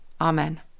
Amen